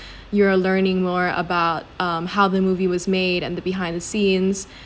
you're learning more about um how the movie was made and the behind the scenes